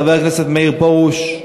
חבר הכנסת מאיר פרוש,